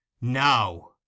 now